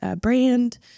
brand